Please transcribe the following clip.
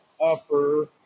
upper